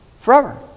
forever